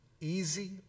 easy